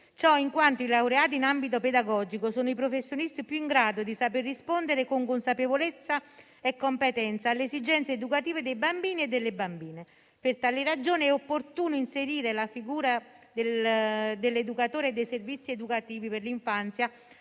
Ciò in quanto i laureati in ambito pedagogico sono i professionisti più in grado di saper rispondere con consapevolezza e competenza alle esigenze educative dei bambini e delle bambine. Per tali ragioni è opportuno inserire la figura dell'educatore dei servizi educativi per l'infanzia